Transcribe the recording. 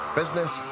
business